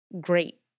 great